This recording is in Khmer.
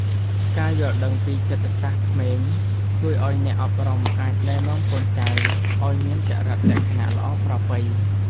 ការយល់ដឹងពីចិត្តសាស្ត្រក្មេង ជួយឱ្យអ្នកអប់រំអាចណែនាំកូនចៅឱ្យមានចរិតលក្ខណៈល្អប្រពៃ។